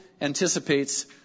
anticipates